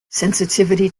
sensitivity